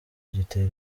gitere